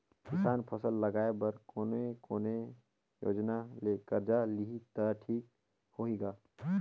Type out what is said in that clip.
किसान फसल लगाय बर कोने कोने योजना ले कर्जा लिही त ठीक होही ग?